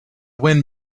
wind